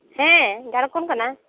ᱦᱮᱸ ᱡᱷᱟᱲᱠᱷᱚᱱ ᱠᱟᱱᱟ